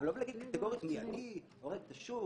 אבל לא להגיד קטגורית מיידית הורג את השוק,